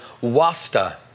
wasta